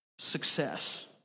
success